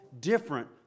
different